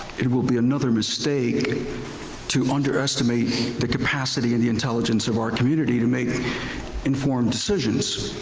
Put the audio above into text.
it will be another mistake to underestimate the capacity and the intelligence of our community to make informed decisions.